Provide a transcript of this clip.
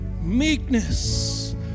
meekness